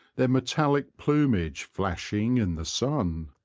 their metallic plumage flashing in the sun.